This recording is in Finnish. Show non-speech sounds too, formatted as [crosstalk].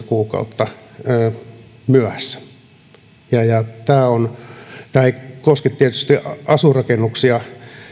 [unintelligible] kuukautta myöhässä ja tämä ei koske tietysti asuinrakennuksia